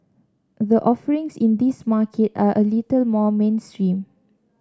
the offerings in this market are a little more mainstream